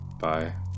Bye